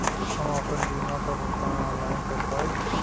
हम आपन बीमा क भुगतान ऑनलाइन कर पाईब?